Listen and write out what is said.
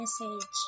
message